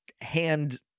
hand